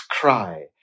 cry